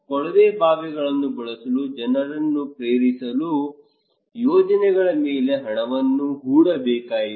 ಕೊಳವೆ ಬಾವಿಗಳನ್ನು ಬಳಸಲು ಜನರನ್ನು ಪ್ರೇರೇಪಿಸಲು ಯೋಜನೆಗಳ ಮೇಲೆ ಹಣವನ್ನು ಹೂಡಬೇಕಾಯಿತು